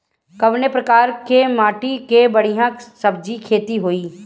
कवने प्रकार की माटी में बढ़िया सब्जी खेती हुई?